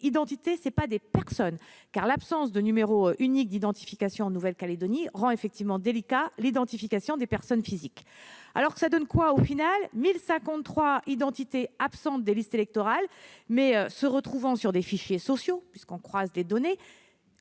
il ne s'agit pas de personnes, car l'absence de numéro unique d'identification en Nouvelle-Calédonie rend effectivement délicate l'identification des personnes physiques. Au final, sur 1 053 identités absentes des listes électorales, mais se retrouvant sur des fichiers sociaux- les données